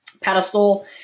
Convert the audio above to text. pedestal